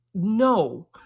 No